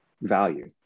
value